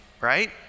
right